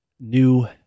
New